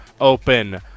Open